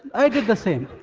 i did the same.